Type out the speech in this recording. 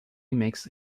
makes